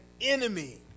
enemy